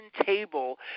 table